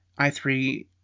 i3